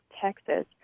texas